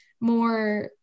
more